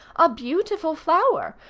a beautiful flower,